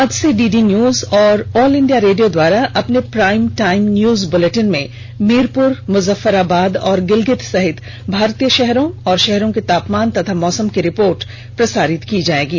आज से DD news और ऑल इंडिया रेडियो द्वारा अपने प्राइम टाइम न्यूज बुलेटिन में मीरपुर मुजफ्फराबाद और गिलगित सहित भारतीय शहरों और शहरों के तापमान और मौसम की रिपोर्ट प्रसारित किये जाएंगे